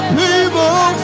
people